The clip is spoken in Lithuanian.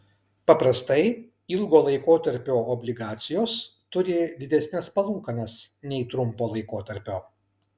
paprastai ilgo laikotarpio obligacijos turi didesnes palūkanas nei trumpo laikotarpio